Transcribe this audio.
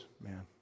man